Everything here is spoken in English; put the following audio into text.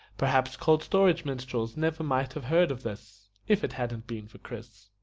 perhaps cold storage minstrels never might have heard of this if it hadn't been for chris.